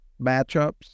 matchups